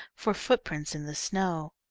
for footprints in the snow.